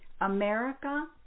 America